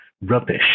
rubbish